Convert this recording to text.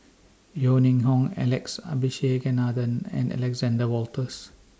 Yeo Ning Hong Alex Abisheganaden and Alexander Wolters